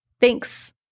Thanks